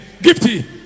gifty